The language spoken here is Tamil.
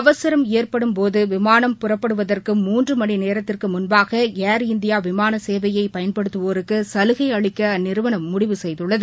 அவசரம் ஏற்படும் போது விமானம் புறப்படுவதற்கு மூன்று மணிநோத்திற்கு முன்பாக ஏர் இந்தியா விமான சேவையை பயன்படுத்தவோருக்கு சலுகை அளிக்க அந்நிறுவனம் முடிவு செய்துள்ளது